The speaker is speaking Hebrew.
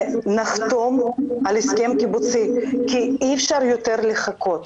ונחתום על הסכם קיבוצי כי אי אפשר יותר לחכות.